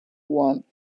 one